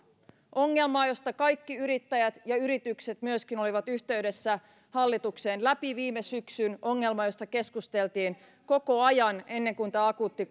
ongelmaan josta kaikki yrittäjät ja yritykset myöskin olivat yhteydessä hallitukseen läpi viime syksyn ongelmaan josta keskusteltiin koko ajan ennen kuin tämä akuutti